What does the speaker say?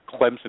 Clemson